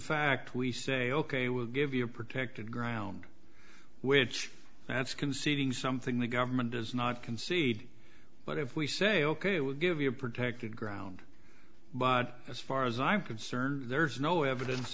fact we say ok we'll give you a protected ground which that's conceding something the government does not concede but if we say ok we'll give you a protected ground but as far as i'm concerned there's no evidence